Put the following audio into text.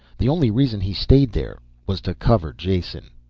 the only reason he stayed there was to cover jason.